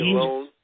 Alone